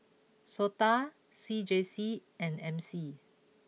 Sota C J C and M C